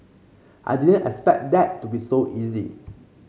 I didn't expect that to be so easy